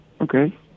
Okay